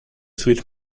switch